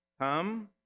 Come